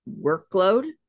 workload